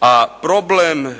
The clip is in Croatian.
a problem